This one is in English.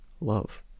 love